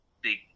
big